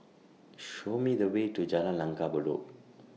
Show Me The Way to Jalan Langgar Bedok